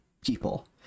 people